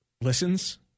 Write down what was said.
listens